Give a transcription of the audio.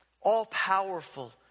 all-powerful